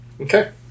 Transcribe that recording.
Okay